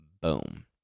Boom